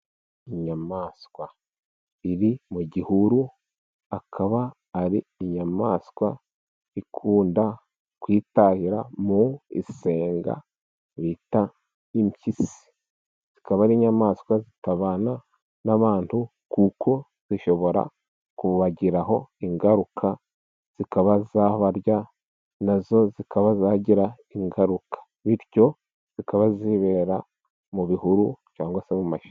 Inyamaswa iri mu gihuru, ikaba ari inyamaswa ikunda kwitahira mu isenga bita impyisi. Zikaba ari inyamaswa zitabana n'abantu kuko zishobora kubagiraho ingaruka, zikaba zabarya, na zo zikaba zagira ingaruka. Bityo zikaba zibera mu bihuru cyangwa se mu mashyamba.